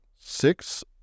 six